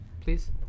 please